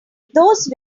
those